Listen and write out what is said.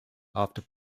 after